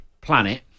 planet